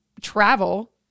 travel